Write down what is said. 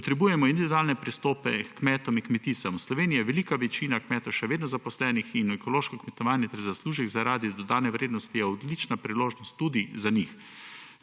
Potrebujemo individualne pristope kmetom in kmeticam. V Sloveniji je velika večina kmetov še vedno zaposlenih in ekološko kmetovanje ter zaslužek zaradi dodane vrednosti je odlična priložnost tudi za njih.